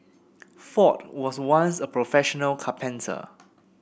Ford was once a professional carpenter